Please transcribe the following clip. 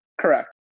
Correct